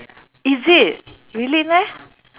is it really meh